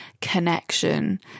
connection